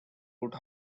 good